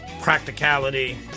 practicality